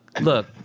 look